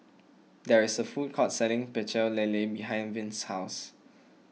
there is a food court selling Pecel Lele behind Vince's house